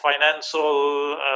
financial